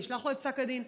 אני אשלח לו את פסק הדין,